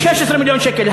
16 מיליון שקל.